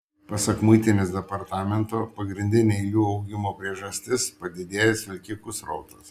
pasak muitinės departamento pagrindinė eilių augimo priežastis padidėjęs vilkikų srautas